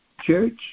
church